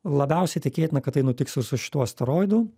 labiausiai tikėtina kad tai nutiks ir su šituo asteroidu